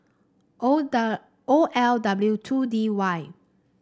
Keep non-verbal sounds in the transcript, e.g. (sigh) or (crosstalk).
O (unintelligible) L W two D Y